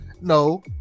no